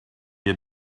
had